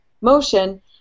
motion